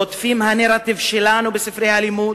רודפים את הנרטיב שלנו בספרי הלימוד,